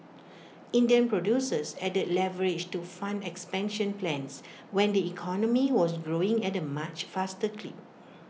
Indian producers added leverage to fund expansion plans when the economy was growing at A much faster clip